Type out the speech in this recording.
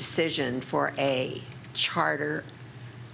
decision for a charter